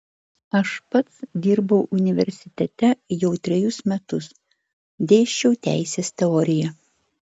aš pats dirbau universitete jau trejus metus dėsčiau teisės teoriją